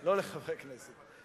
לא לחברי כנסת.